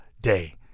day